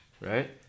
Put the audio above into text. right